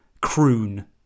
croon